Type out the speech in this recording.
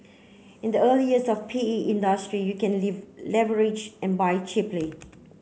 in the early years of the P E industry you can leave leverage and buy cheaply